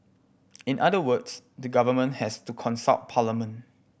in other words the government has to consult parliament